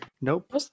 Nope